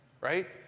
right